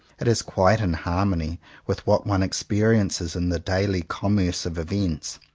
it is quite in harmony with what one experiences in the daily commerce of events,